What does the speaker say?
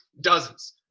Dozens